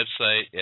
website